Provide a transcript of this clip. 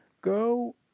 go